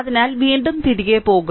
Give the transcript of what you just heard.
അതിനാൽ വീണ്ടും തിരികെ പോകും